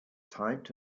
typed